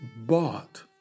bought